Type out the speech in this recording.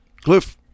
Cliff